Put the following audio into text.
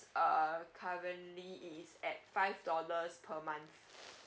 uh currently is at five dollars per month